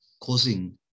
causing